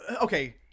Okay